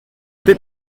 bit